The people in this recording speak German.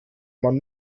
man